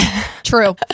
True